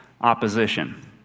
opposition